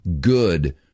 good